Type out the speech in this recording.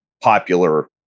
popular